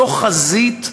זו חזית.